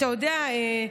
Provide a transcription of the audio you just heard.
אתה יודע,